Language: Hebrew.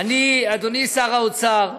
אדוני שר האוצר,